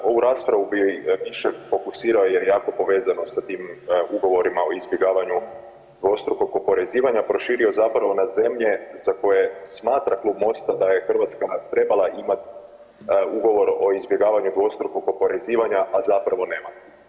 Ovu raspravu bi čak fokusirao jer jako je povezano sa tim Ugovorima o izbjegavanju dvostrukog oporezivanja, proširio zapravo na zemlje za koje smatra Klub MOST-a da je Hrvatska trebala imati Ugovor o izbjegavanju dvostrukog oporezivanja, a zapravo nema.